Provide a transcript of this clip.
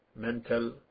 mental